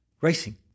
Racing